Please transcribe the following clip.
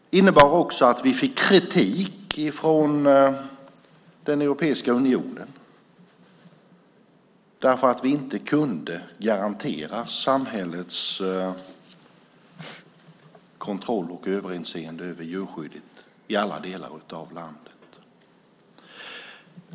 Det innebar också att vi fick kritik från Europeiska unionen för att vi inte kunde garantera samhällets kontroll och överinseende beträffande djurskyddet i alla delar av landet.